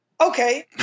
okay